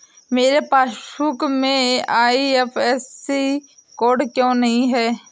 मेरे पासबुक में IFSC code क्यो नहीं है?